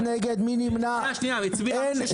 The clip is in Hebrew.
חמישה בעד, אחד נגד, אין